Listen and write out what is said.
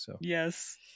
Yes